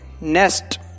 Nest